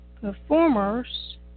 performers